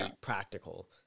practical